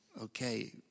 okay